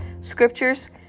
scriptures